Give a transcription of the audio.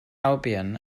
albion